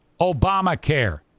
Obamacare